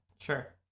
Sure